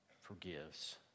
forgives